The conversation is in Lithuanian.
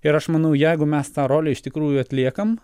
ir aš manau jeigu mes tą rolę iš tikrųjų atliekam